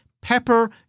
Pepper